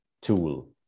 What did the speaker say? tool